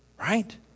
Right